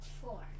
Four